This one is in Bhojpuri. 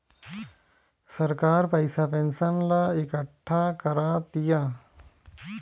सरकार पइसा पेंशन ला इकट्ठा करा तिया